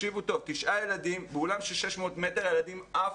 הילדים "עפו".